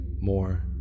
more